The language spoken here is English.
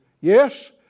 yes